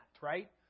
right